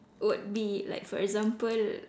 would be like for example